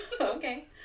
Okay